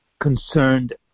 concerned